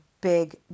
big